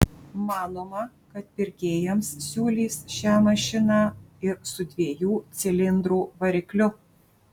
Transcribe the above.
manoma kad pirkėjams siūlys šią mašiną ir su dviejų cilindrų varikliu